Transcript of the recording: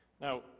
Now